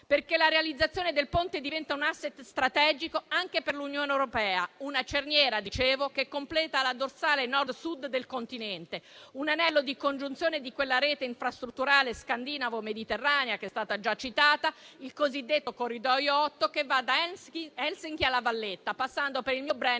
interno. La realizzazione del Ponte diventa infatti un *asset* strategico anche per l'Unione europea, una cerniera che completa la dorsale tra Nord e Sud del continente, un anello di congiunzione di quella rete infrastrutturale scandinavo-mediterranea, che è stata già citata, il cosiddetto Corridoio VIII che va da Helsinki a La Valletta, passando per il mio Brennero